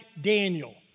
Daniel